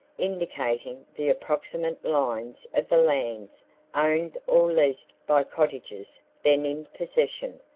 indicating the approximate lines of the lands owned or leased by cottagers then in possession,